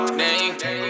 name